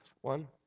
One